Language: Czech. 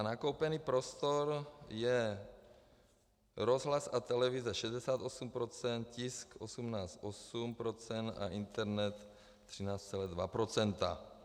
Nakoupený prostor je: rozhlas a televize 68 %, tisk 18,8 % a internet 13,2 %.